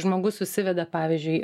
žmogus susiveda pavyzdžiui